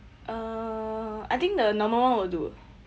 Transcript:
uh I think the normal [one] will do